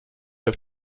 auf